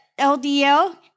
LDL